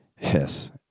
Yes